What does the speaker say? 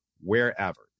wherever